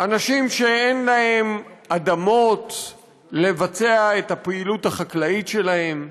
אנשים שאין להם אדמות לבצע את הפעילות החקלאית שלהם,